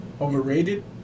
Overrated